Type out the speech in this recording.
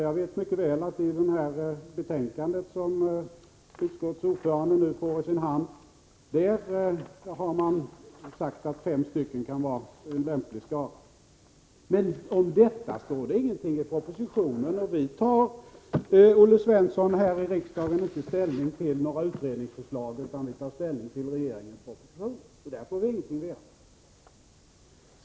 Jag vet mycket väl att i betänkandet som utskottets ordförande nu får i sin hand har man sagt att fem stycken kan vara en lämplig skara, men om detta står det ingenting i propositionen. Och här i riksdagen, Olle Svensson, tar vi inte ställning till några utredningsförslag utan till regeringens propositioner. I den här propositionen får vi ingenting veta.